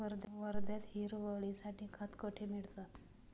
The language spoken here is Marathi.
वर्ध्यात हिरवळीसाठी खत कोठे मिळतं?